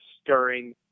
stirring